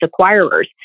acquirers